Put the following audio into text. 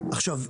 עכשיו,